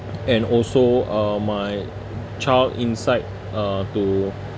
and also uh my child inside uh to